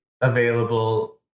available